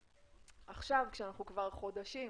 עכשיו כשאנחנו בתקופה של חודשים